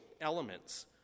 elements